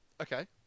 Okay